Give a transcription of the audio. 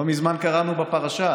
לא מזמן קראנו בפרשה,